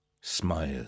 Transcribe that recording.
Smile